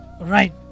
right